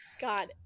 god